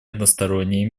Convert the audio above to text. односторонние